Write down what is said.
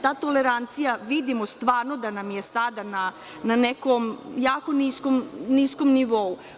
Ta tolerancija vidimo stvarno da nam je sada na nekom jako niskom nivou.